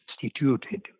substituted